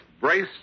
brace